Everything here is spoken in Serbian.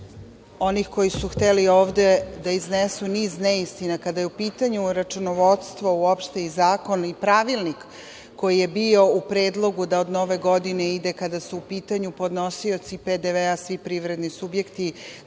onih koji su hteli ovde da iznesu niz neistina kada je u pitanju računovodstvo uopšte i zakon i pravilnik koji je bio u predlogu da od Nove godine ide kada su u pitanju podnosioci PDV, svi privredni subjekti,